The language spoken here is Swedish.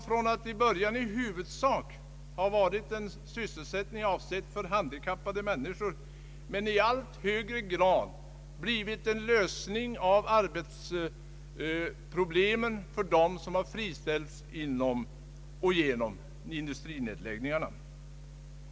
Från att ha varit i huvudsak ett medel att ge sysselsättning åt handikappade har denna verksamhet alltmer blivit en lösning av sysselsättningsfrågan för äldre arbetskraft som friställts i samband med industrinedläggningar.